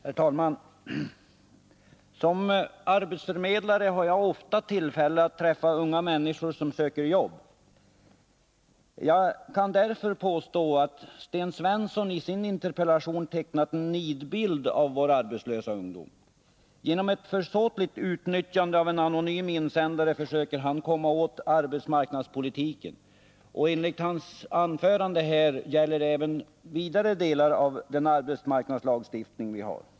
Herr talman! Som arbetsförmedlare har jag ofta tillfälle att träffa unga människor som söker jobb. Jag kan därför påstå att Sten Svensson i sin interpellation har tecknat en nidbild av vår arbetslösa ungdom. Genom ett försåtligt utnyttjande av en anonym insändare försöker han komma åt arbetsmarknadspolitiken. Och enligt hans anförande gäller det även vidare delar av den arbetsmarknadslagstiftning som vi har.